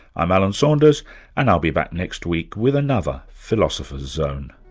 i'm alan saunders and i'll be back next week with another philosopher's zone